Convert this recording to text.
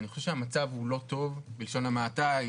אני חושב שהמצב הוא לא טוב בלשון המעטה.